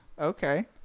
Okay